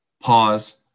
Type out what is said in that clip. pause